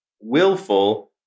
willful